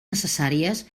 necessàries